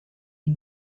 die